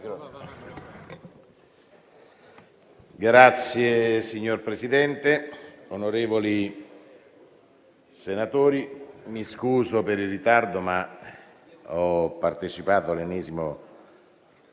Signor Presidente, onorevoli senatori, mi scuso per il ritardo, ma ho partecipato all'ennesimo